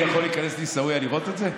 אני יכול להיכנס לעיסאוויה לראות את זה?